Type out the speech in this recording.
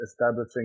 establishing